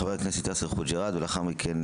חבר הכנסת יאסר חוג'יראת, ולאחר מכן